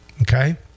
Okay